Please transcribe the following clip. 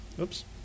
Oops